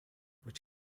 which